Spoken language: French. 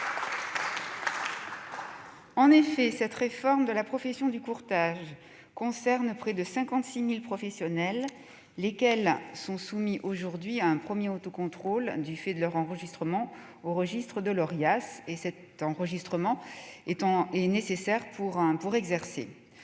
Cette réforme de la profession du courtage concerne près de 56 000 professionnels, lesquels sont soumis aujourd'hui à un premier autocontrôle du fait de leur enregistrement au registre de l'Orias, cet enregistrement étant nécessaire pour exercer.